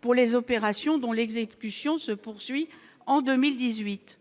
pour les opérations dont l'exécution se poursuit en 2018,